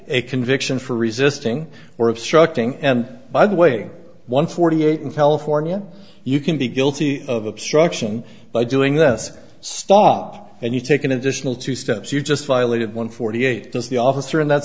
a conviction for resisting or obstructing and by the way one forty eight in california you can be guilty of obstruction by doing this stop and you take an additional two steps you just violated one forty eight hours the officer in that